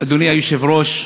אדוני היושב-ראש,